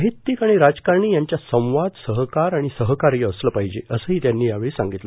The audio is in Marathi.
साहित्यिक आणि राजकारणी यांच्यात संवाद सहकार आणि सहकार्य असलं पाहिजे असं ही त्यांनी यावेळी सांगितलं